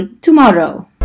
tomorrow